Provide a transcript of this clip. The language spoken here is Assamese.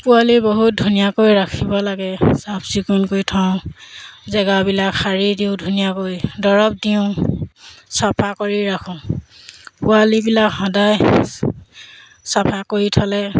পোৱালি বহুত ধুনীয়াকৈ ৰাখিব লাগে চাফচিকুণকৈ থওঁ জেগাবিলাক সাৰি দিওঁ ধুনীয়াকৈ দৰৱ দিওঁ চফা কৰি ৰাখোঁ পোৱালিবিলাক সদায় চফা কৰি থ'লে